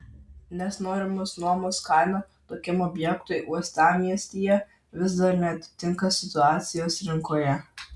nes norimos nuomos kaina tokiam objektui uostamiestyje vis dar neatitinka situacijos rinkoje